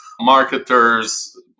marketers